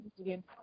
again